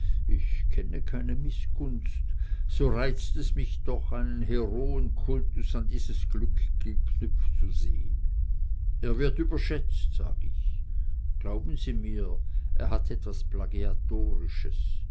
ich kenne keine mißgunst so reizt es mich doch einen heroenkultus an dieses glück geknüpft zu sehen er wird überschätzt sag ich glauben sie mir er hat etwas